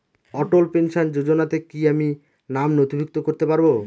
অটল pension যোজনাতে কি আমি নাম নথিভুক্ত করতে পারবো?